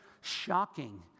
Shocking